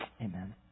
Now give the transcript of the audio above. Amen